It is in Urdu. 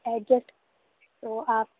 ایڈزسٹ تو آپ